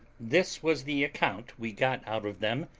this was the account we got out of them,